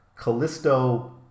Callisto